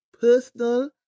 personal